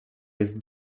jest